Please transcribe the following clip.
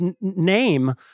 name